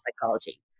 psychology